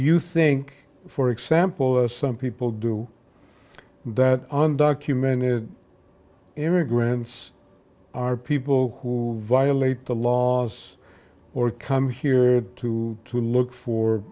you think for example some people do that undocumented immigrants are people who violate the laws or come here to to look for